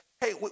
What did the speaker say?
hey